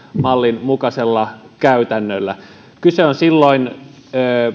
mallin mukaisella käytännöllä kyse on silloin